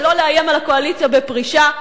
ולא לאיים על הקואליציה בפרישה.